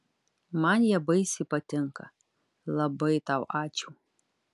man jie baisiai patinka labai tau ačiū